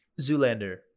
Zoolander